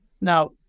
Now